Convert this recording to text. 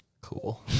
Cool